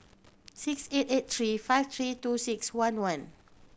six eight eight three five three two six one one